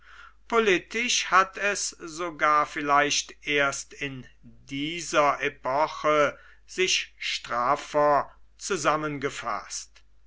politisch hat es sogar vielleicht erst in dieser epoche sich straffer zusammengefaßt